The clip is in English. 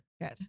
Good